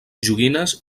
joguines